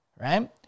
right